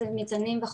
גם